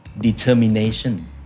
determination